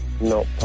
No